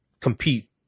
compete